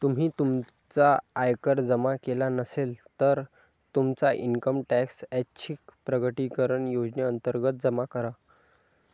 तुम्ही तुमचा आयकर जमा केला नसेल, तर तुमचा इन्कम टॅक्स ऐच्छिक प्रकटीकरण योजनेअंतर्गत जमा करा